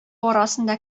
арасында